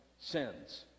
sins